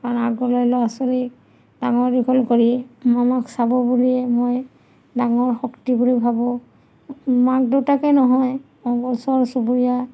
কাৰণ আগলৈ ল'ৰা ছোৱালীক ডাঙৰ দীঘল কৰি আমাক চাব বুলিয়ে মই ডাঙৰ শক্তি বুলি ভাবোঁ মাক দেউতাকে নহয় অ ওচৰ চুবুৰীয়া